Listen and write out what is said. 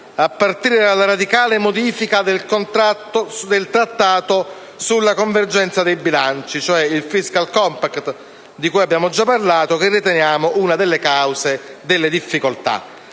a partire dalla radicale modifica del trattato sulla convergenza dei bilanci, ovvero il *fiscal compact*, di cui abbiamo già parlato, che riteniamo una delle cause delle difficoltà.